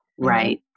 Right